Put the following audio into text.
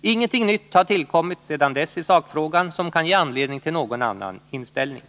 Ingenting nytt har tillkommit sedan dess i sakfrågan som kan ge anledning till någon annan inställning.